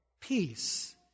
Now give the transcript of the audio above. peace